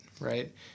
right